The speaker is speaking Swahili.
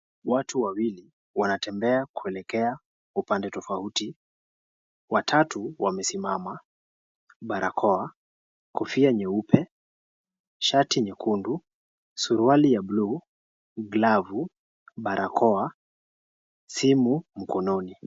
Watu wawili wanatembea kuelekea upande tofauti wa tatu wamesimama barakoa, kofia nyeupe, shati nyekundu, suruali ya blue , glavu , barakoa, simu mkononi.